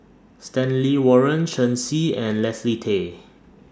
Stanley Warren Shen Xi and Leslie Tay